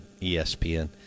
ESPN